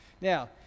Now